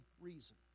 reason